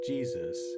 Jesus